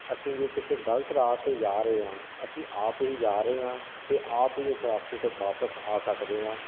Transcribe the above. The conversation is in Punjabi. ਅਸੀਂ ਜੇ ਕਿਸੇ ਗਲਤ ਰਾਹ 'ਤੇ ਜਾ ਰਹੇ ਆਂ ਅਸੀਂ ਆਪ ਹੀ ਜਾ ਰਹੇ ਹਾਂ ਅਤੇ ਆਪ ਹੀ ਉਸ ਰਸਤੇ ਤੋਂ ਵਾਪਸ ਆ ਸਕਦੇ ਹਾਂ